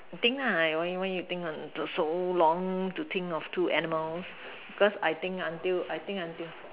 you think lah why why you think until so long to think of two animals cause I think until I think until